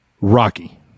Rocky